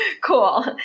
cool